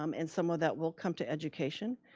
um and some of that will come to education.